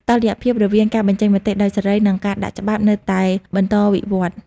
តុល្យភាពរវាងការបញ្ចេញមតិដោយសេរី និងការដាក់ច្បាប់នៅតែបន្តវិវឌ្ឍ។